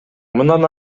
мындан